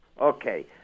Okay